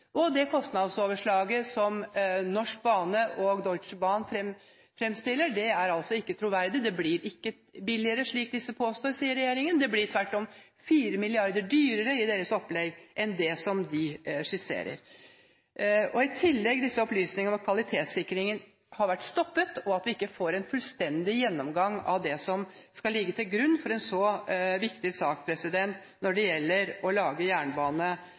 og det kostnadsoverslaget som Norsk Bane og Deutsche Bahn fremstiller, er ikke troverdig, det blir ikke billigere, slik disse påstår, sier regjeringen, det blir tvert om 4 mrd. kr dyrere med deres opplegg enn det som de skisserer. I tillegg kommer opplysningene om at kvalitetssikringen har vært stoppet, og at vi ikke får en fullstendig gjennomgang av det som skal ligge til grunn for en så viktig sak når det gjelder å lage jernbane